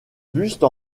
buste